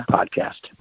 Podcast